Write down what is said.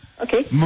Okay